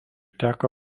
teka